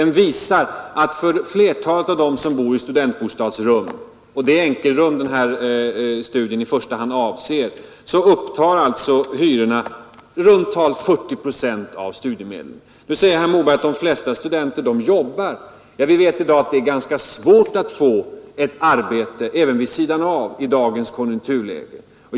Den visar att flertalet som bor i studentbostadsrum — och det är enkelrum denna studie avser — betalar i hyra i runt tal 40 procent av studiemedlen. Nu säger herr Moberg att de flesta studenter jobbar. Vi vet att det i dagens konjunkturläge är ganska svårt att få ett arbete, även vid sidan om.